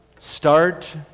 Start